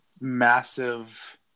massive